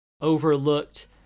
overlooked